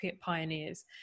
pioneers